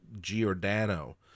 Giordano